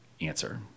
answer